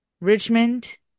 Richmond